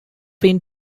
been